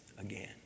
again